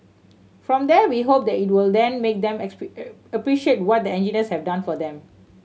from there we hope that it will then make them appreciate what the engineers have done for them